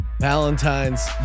Valentine's